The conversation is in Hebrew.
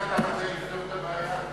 ככה אתה רוצה לפתור את הבעיה?